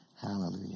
Hallelujah